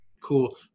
cool